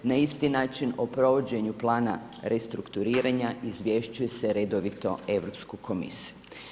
Na isti način o provođenju plana restrukturiranja izvješćuje redovito Europsku komisiju.